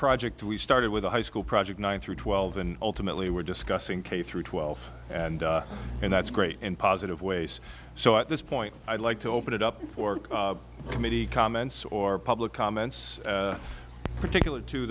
project we started with a high school project nine through twelve and ultimately we're discussing k through twelve and and that's great in positive ways so at this point i'd like to open it up for committee comments or public comments particularly to